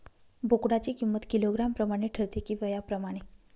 बोकडाची किंमत किलोग्रॅम प्रमाणे ठरते कि वयाप्रमाणे?